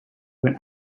ben